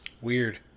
Weird